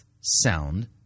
sound